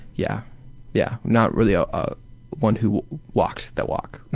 yeah yeah not really ah ah one who walks the walk,